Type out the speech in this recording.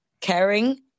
caring